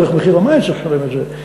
דרך מחיר המים צריך לשלם את זה?